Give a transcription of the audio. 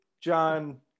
John